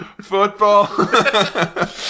Football